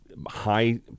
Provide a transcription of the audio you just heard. high